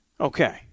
Okay